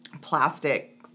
plastic